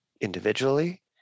individually